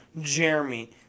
Jeremy